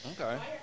Okay